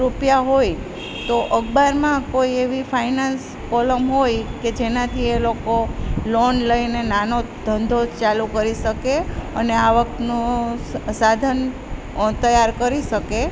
રૂપિયા હોય તો અખબારમાં એવી કોઈ ફાઇનાન્સ કોલમ હોય કે જેનાથી એ લોકો લોન લઈને નાનો ધંધો ચાલુ કરી શકે અને આવકનો સાધન તૈયાર કરી શકે